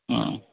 अ